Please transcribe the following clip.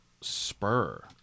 spur